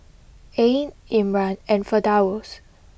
Ain Imran and Firdaus